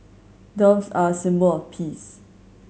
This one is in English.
doves are a symbol of peace